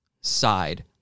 side